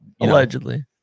allegedly